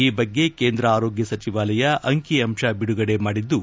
ಈ ಬಗ್ಗೆ ಕೇಂದ್ರ ಆರೋಗ್ಯ ಸಚವಾಲಯ ಅಂಕಿ ಅಂಶ ಬಿಡುಗಡೆ ಮಾಡಿದ್ದು